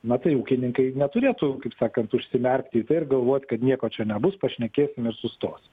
na tai ūkininkai neturėtų kaip sakant užsimerkti ir galvot kad nieko čia nebus pašnekėsim ir sustosime